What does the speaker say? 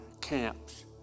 camps